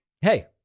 Hey